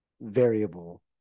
variable